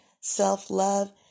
self-love